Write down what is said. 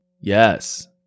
Yes